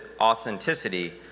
authenticity